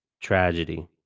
tragedy